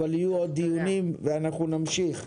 יהיו עוד דיונים ואנחנו נמשיך.